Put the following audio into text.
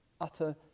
utter